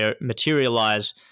materialize